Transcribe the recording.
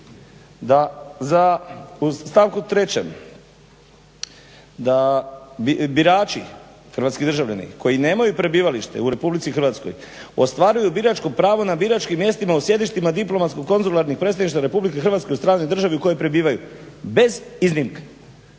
u stavku 3. "birački hrvatski državljani koji nemaju prebivalište u RH ostvaruju biračko pravo na biračkim mjestima u sjedištima diplomatsko-konzularnim predstavništvima RH u stranoj državi u kojoj prebivaju bez iznimke",